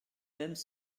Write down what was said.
mêmes